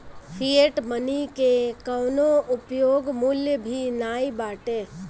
fiat money के कवनो उपयोग मूल्य भी नाइ बाटे